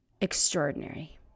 extraordinary